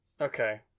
Okay